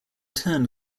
turn